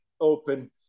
open